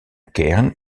cairn